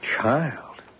Child